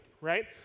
right